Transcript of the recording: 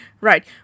Right